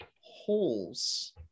holes